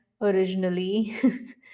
originally